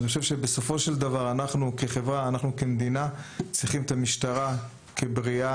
אני חושב שבסופו של דבר אנחנו כמדינה וכחברה צריכים את המשטרה בריאה,